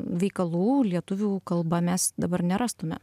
veikalų lietuvių kalba mes dabar nerastume